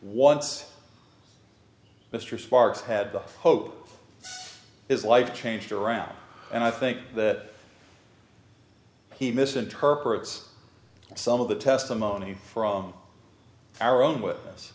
once mr sparks had the hope his life changed around and i think that he misinterprets some of the testimony from our own wit